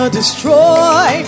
destroy